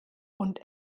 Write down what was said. und